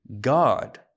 God